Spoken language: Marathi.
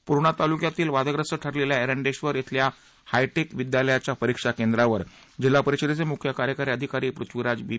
पूर्णा तालुक्यातील वादग्रस्त ठरलेल्या एरंडेश्वर येथील हायटेक विद्यालयाच्या परीक्षा केंद्रावर जिल्हा परिषदेचे मुख्यकार्यकारी अधिकारी पृथ्वीराज बी